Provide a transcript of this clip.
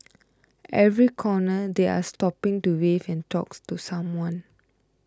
every corner they are stopping to wave and talks to someone